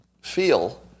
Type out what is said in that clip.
feel